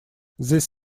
these